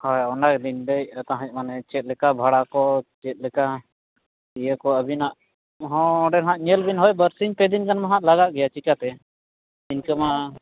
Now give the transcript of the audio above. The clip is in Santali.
ᱦᱳᱭ ᱚᱱᱟᱜᱮᱞᱤᱧ ᱞᱟᱹᱭᱮᱫᱼᱟ ᱛᱟᱦᱮᱸᱫ ᱢᱟᱱᱮ ᱪᱮᱫᱞᱮᱠᱟ ᱵᱷᱟᱲᱟ ᱠᱚ ᱪᱮᱫᱞᱮᱠᱟ ᱤᱭᱟᱹᱠᱚ ᱟᱹᱵᱤᱱᱟᱜᱦᱚᱸ ᱚᱸᱰᱮᱦᱟᱜ ᱧᱮᱞᱵᱚᱤᱱ ᱦᱳᱭ ᱵᱟᱨᱥᱤᱧ ᱯᱮᱫᱤᱱ ᱜᱟᱱ ᱢᱟ ᱦᱟᱜ ᱞᱟᱜᱟᱜ ᱜᱮᱭᱟ ᱪᱮᱠᱟᱛᱮ ᱤᱱᱠᱟᱹ ᱢᱟ